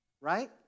right